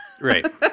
Right